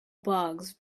bugs